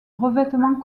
revêtement